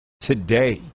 today